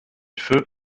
feu